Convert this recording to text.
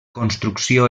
construcció